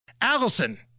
Allison